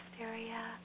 area